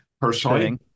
personally